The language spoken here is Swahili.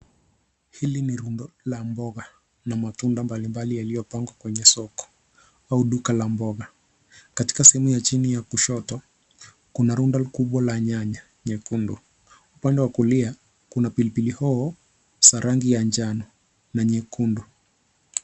Hili ni rundo la mboga na matunda mbalimbali yaliyopangwa kwenye soko au duka la mboga. Katika sehemu ya chini ya kushoto, kuna rundo kubwa la nyanya nyekundu. Upanda wa kulia, kuna pilipili hoho za rangi ya njano na nyekundu.